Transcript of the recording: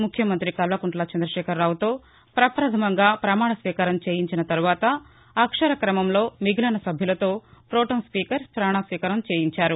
ముఖ్యమంత్రి కల్వకుంట్ల చందశేఖర్రావుతో ప్రపధమంగా పమాణ స్వీకారం చేయించిన తర్వాత అక్షర క్రమంలో మిగిలిన సభ్యులతో ప్రొటెం స్పీకర్ ప్రమాణస్వీకారం చేయించారు